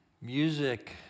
Music